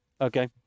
okay